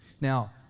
Now